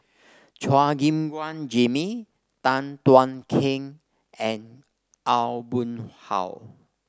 Chua Gim Guan Jimmy Tan Thuan Heng and Aw Boon Haw